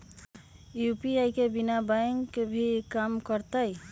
UPI बिना bank के भी कम करतै?